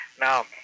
Now